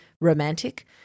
romantic